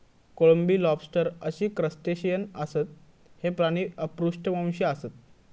कोळंबी, लॉबस्टर अशी क्रस्टेशियन आसत, हे प्राणी अपृष्ठवंशी आसत